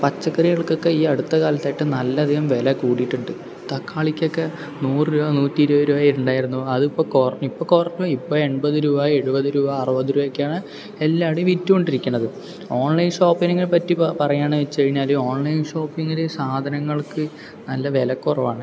പച്ചക്കറികൾക്കൊക്കെ ഈ അടുത്ത കാലത്തായിട്ട് നല്ല അധികം വില കൂടിയിട്ടുണ്ട് തക്കാളിക്കൊക്കെ നൂറു രൂപ നൂറ്റി ഇരുപത് രൂപ വരുന്നുണ്ടായിരുന്നു അതിപ്പോ കുറഞ്ഞു ഇപ്പോ കുറഞ്ഞുപോയി ഇപ്പോ എൺപത് രൂപ എഴുപത് രൂപ അറുപത് രൂപയൊക്കെയാണ് എല്ലായിടവും വിറ്റു കൊണ്ടിരിക്കുന്നത് ഓൺലൈൻ ഷോപ്പിങ്ങിനെ പറ്റി പറയാണെന്നു വെച്ച് കഴിഞ്ഞാല് ഓൺലൈൻ ഷോപ്പിങ്ങിൽ സാധനങ്ങൾക്ക് നല്ല വില കുറവാണ്